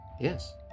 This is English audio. Yes